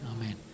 Amen